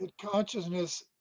consciousness